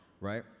right